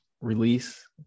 Release